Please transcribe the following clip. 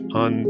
on